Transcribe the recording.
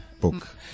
book